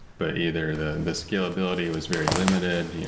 but either the the scalability was very limited.